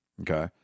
Okay